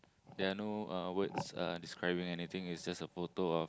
there are no uh words uh describing anything it's just a photo of